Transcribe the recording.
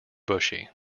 bushy